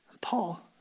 Paul